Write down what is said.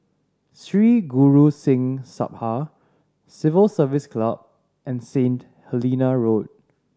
Sri Guru Singh Sabha Civil Service Club and Saint Helena Road